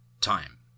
Time